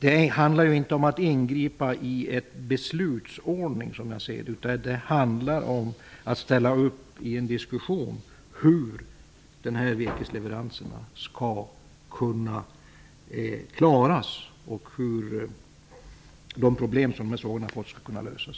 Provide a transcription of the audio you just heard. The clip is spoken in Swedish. Det handlar inte om att ingripa i en beslutsordning, utan det handlar om att diskutera hur virkesleveranserna skall klaras ut och hur problemen med sågarna skall kunna lösas.